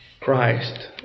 Christ